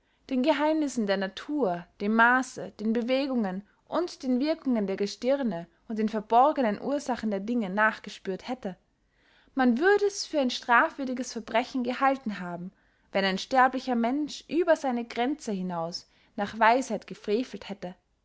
den geheimnissen der natur dem maaße den bewegungen und den wirkungen der gestirne und den verborgenen ursachen der dinge nachgespührt hätte man würd es für ein strafwürdiges verbrechen gehalten haben wenn ein sterblicher mensch über seine gränze hinaus nach weisheit gefrefelt hätte